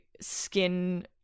skin